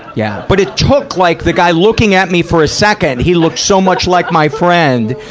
yeah. but it took, like, the guy looking at me for a second, he looked so much like my friend.